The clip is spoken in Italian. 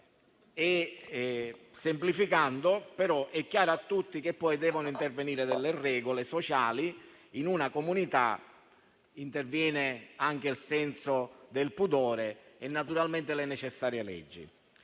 semplificando, è chiaro a tutti che poi però devono intervenire delle regole sociali. In una comunità intervengono anche il senso del pudore e, naturalmente, le necessarie leggi.